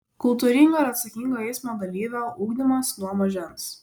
kultūringo ir atsakingo eismo dalyvio ugdymas nuo mažens